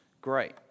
Great